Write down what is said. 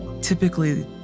Typically